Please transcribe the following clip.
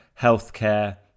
Healthcare